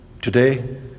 Today